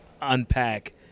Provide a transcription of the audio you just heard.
unpack